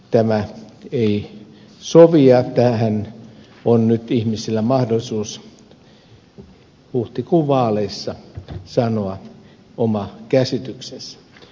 tämä ei sovi ja tästä on nyt ihmisillä mahdollisuus huhtikuun vaaleissa sanoa oma käsityksensä